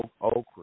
okra